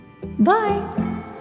Bye